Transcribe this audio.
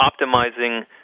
optimizing